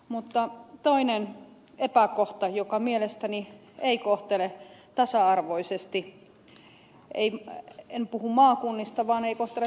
mutta toinen epäkohta joka mielestäni ei kohtele tasa arvoisesti en puhu maakunnista vaan ei kohtele